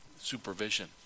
supervision